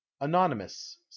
Anonymous